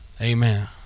amen